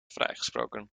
vrijgesproken